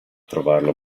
trovarlo